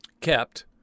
kept